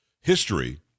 history